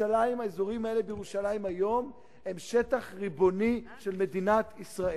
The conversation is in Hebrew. האזורים האלה בירושלים היום הם שטח ריבוני של מדינת ישראל.